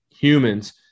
humans